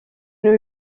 nos